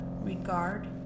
Regard